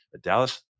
Dallas